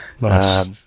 Nice